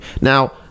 Now